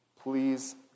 Please